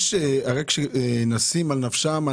הם נסים על נפשם.